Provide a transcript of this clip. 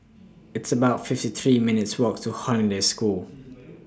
It's about fifty three minutes' Walk to Hollandse School